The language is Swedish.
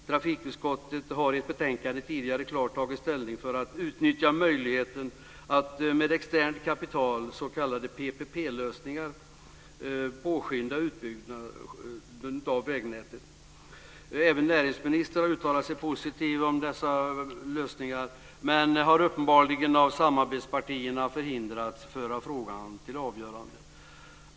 Trafikutskottet har i ett tidigare betänkande klart tagit ställning för att utnyttja möjligheten att med externt kapital, s.k. PPP-lösningar, påskynda utbyggnaden av vägnätet. Även näringsministern har uttalat sig positivt om dessa lösningar men har uppenbarligen av samarbetspartierna förhindrats föra frågan till avgörande.